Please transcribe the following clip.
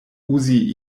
uzi